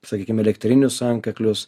sakykim elektrinius antkaklius